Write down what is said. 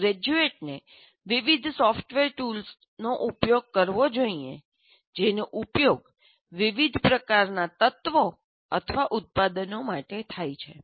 એક ગ્રેજ્યુએટને વિવિધ સોફ્ટવેર ટૂલ્સનો ઉપયોગ કરવો જોઈએ જેનો ઉપયોગ વિવિધ પ્રકારના તત્વો અથવા ઉત્પાદનો માટે થાય છે